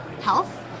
health